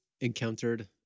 encountered